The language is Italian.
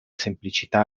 semplicità